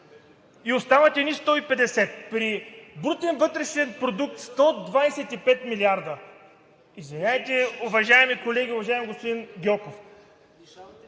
и остават едни 150 при брутен вътрешен продукт 125 милиарда. Извинявайте, уважаеми колеги, уважаеми господин Гьоков,